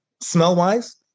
smell-wise